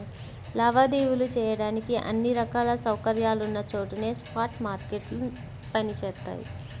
లావాదేవీలు చెయ్యడానికి అన్ని రకాల సౌకర్యాలున్న చోటనే స్పాట్ మార్కెట్లు పనిచేత్తయ్యి